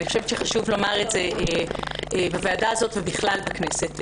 חשוב לומר את זה בוועדה הזאת ובכלל בכנסת.